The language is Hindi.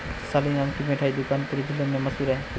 सालिगराम का मिठाई दुकान पूरे जिला में मशहूर है